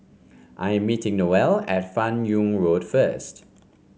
I am meeting Noelle at Fan Yoong Road first